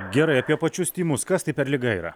gerai apie pačius tymus kas tai per liga yra